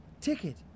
ticket